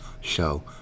show